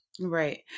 Right